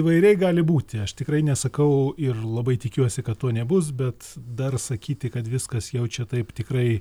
įvairiai gali būti aš tikrai nesakau ir labai tikiuosi kad to nebus bet dar sakyti kad viskas jau čia taip tikrai